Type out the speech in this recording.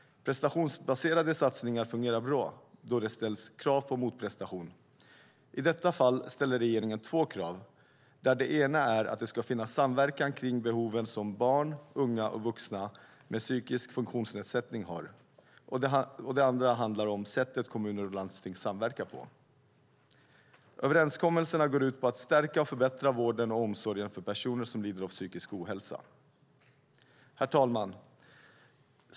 Prestationsbaserade satsningar fungerar bra då det ställs krav på motprestation. I detta fall ställer regeringen två krav, och det ena är att det ska finnas samverkan kring behoven som barn, unga och vuxna med psykisk funktionsnedsättning har. Det andra handlar om sättet kommuner och landsting samverkar på. Överenskommelserna går ut på att stärka och förbättra vården och omsorgen för personer som lider av psykisk ohälsa. Herr talman!